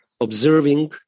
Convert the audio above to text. observing